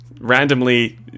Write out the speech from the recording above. randomly